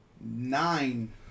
Nine